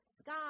sky